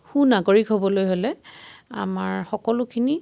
সু নাগৰিক হ'বলৈ হ'লে আমাৰ সকলোখিনি